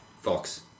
fox